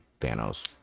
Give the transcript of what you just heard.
Thanos